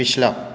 ਪਿਛਲਾ